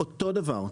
אותו דבר.